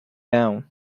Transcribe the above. down